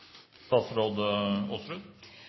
statsråd Aasrud